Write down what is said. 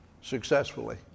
successfully